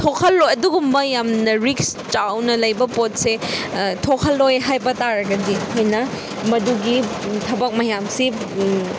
ꯊꯣꯛꯍꯜꯂꯣꯏ ꯑꯗꯨꯒꯨꯝꯕ ꯌꯥꯝꯅ ꯔꯤꯛꯁ ꯆꯥꯎꯅ ꯂꯩꯕ ꯄꯣꯠꯁꯦ ꯊꯣꯛꯍꯜꯂꯣꯏ ꯍꯥꯏꯕ ꯇꯥꯔꯒꯗꯤ ꯑꯩꯈꯣꯏꯅ ꯃꯗꯨꯒꯤ ꯊꯕꯛ ꯃꯌꯥꯝꯁꯤ